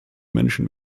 menschen